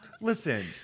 Listen